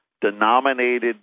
denominated